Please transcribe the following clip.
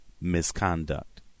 misconduct